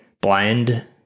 blind